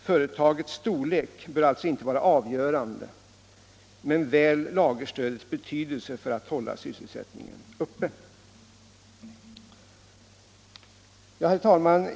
Företagets storlek bör alltså inte vara avgörande men väl lagerstödets betydelse för att hålla sysselsättningen uppe. Herr talman!